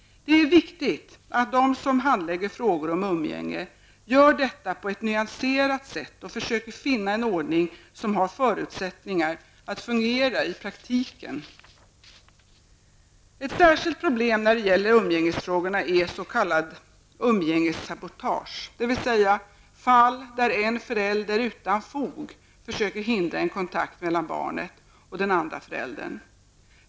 Det är viktigt att de som handlägger frågor om umgänge gör detta på ett nyanserat sätt och försöker finna en ordning som har förutsättning att fungera i praktiken. Ett särskilt problem när det gäller umgängesfrågorna är s.k. umgängessabotage, fall där en förälder utan fog försöker hindra en kontakt mellan barnet och den andra föräldern.